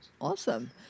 Awesome